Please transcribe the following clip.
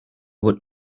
would